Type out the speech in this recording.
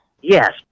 Yes